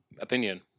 opinion